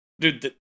dude